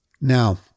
Now